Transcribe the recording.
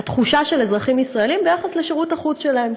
התחושה של אזרחים ישראלים ביחס לשירות החוץ שלהן.